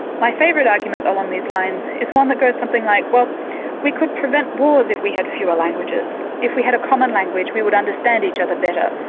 my favourite argument along these lines is one that goes something like well we could prevent wars if we had fewer languages. if we had a common language we would understand each other better.